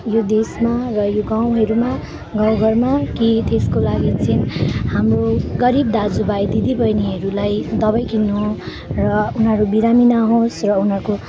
यो देशमा र यो गाउँहरूमा गाउँ घरमा केही त्यसको लागि चाहिँ हाम्रो गरिब दाजुभाइ दिदीबहिनीहरूलाई दबाई किन्नु र उनीहरू बिरामी नहोस् र उनीहरूको